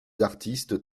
artistes